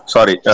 Sorry